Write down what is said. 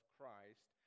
Christ